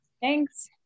Thanks